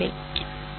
சரி